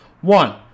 One